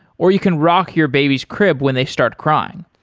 or you can rock your baby's crib when they start crying.